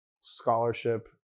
scholarship